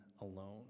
alone